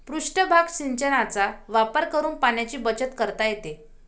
पृष्ठभाग सिंचनाचा वापर करून पाण्याची बचत करता येते